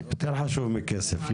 יותר חשוב מכסף,